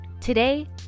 Today